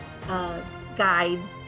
guide